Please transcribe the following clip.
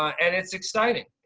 and it's exciting.